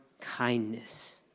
kindness